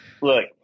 Look